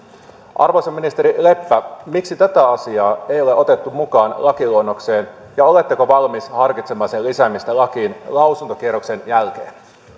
arvoisa ministeri leppä miksi tätä asiaa ei ole otettu mukaan lakiluonnokseen ja oletteko valmis harkitsemaan sen lisäämistä lakiin lausuntokierroksen jälkeen